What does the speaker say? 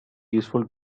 useful